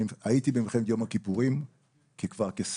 הייתי במלחמת יום הכיפורים כסרן